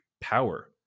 power